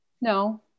No